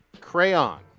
Crayon